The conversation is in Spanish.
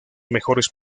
mejores